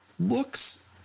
looks